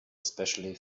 especially